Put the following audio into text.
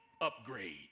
upgrade